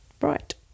Right